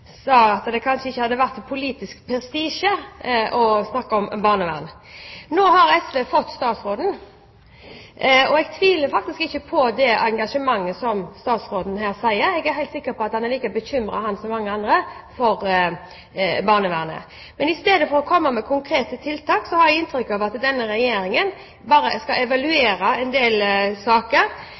sa at det kanskje ikke hadde vært politisk prestisje i det å snakke om barnevern. Nå har SV fått statsråden – og jeg tviler faktisk ikke på statsrådens engasjement, jeg er sikker på at han er like bekymret som mange andre for barnevernet – men jeg har inntrykk av at denne regjeringen i stedet for å komme med konkrete tiltak bare skal evaluere en del saker.